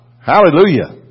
Hallelujah